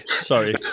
Sorry